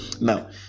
now